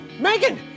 Megan